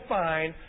fine